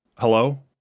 Hello